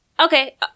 Okay